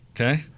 Okay